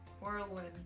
Whirlwind